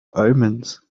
omens